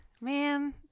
Man